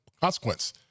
consequence